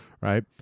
Right